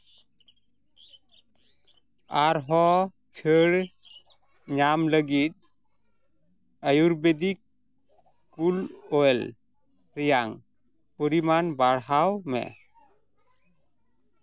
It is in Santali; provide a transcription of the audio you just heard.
ᱟᱨᱦᱚᱸ ᱪᱷᱟᱹᱲ ᱧᱟᱢ ᱞᱟᱹᱜᱤᱫ ᱟᱹᱭᱩᱨᱵᱮᱫᱤᱠ ᱠᱩᱞ ᱚᱭᱮᱞ ᱨᱮᱭᱟᱜ ᱯᱚᱨᱤᱢᱟᱱ ᱵᱟᱲᱦᱟᱣ ᱢᱮ